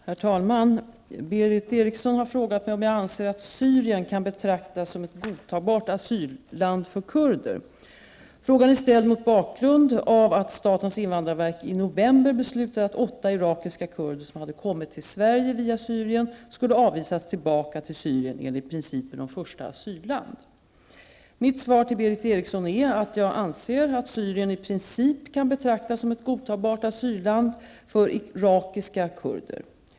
Herr talman! Berith Eriksson har frågat mig om jag anser att Syrien kan betraktas som ett godtagbart asylland för kurder. Frågan är ställd mot bakgrund av att statens invandrarverk i november beslutade att åtta irakiska kurder som hade kommit till Sverige via Mitt svar till Berith Eriksson är att jag anser att Syrien i princip kan betraktas som ett godtagbart asylland för irakiska kurder.